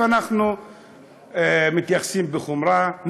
אנחנו מתייחסים בחומרה,